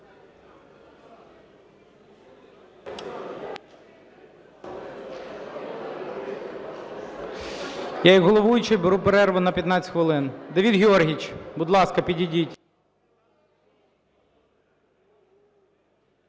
Я як головуючий беру перерву на 15 хвилин. Давид Георгійович, будь ласка, підійдіть.